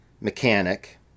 mechanic